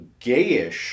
gayish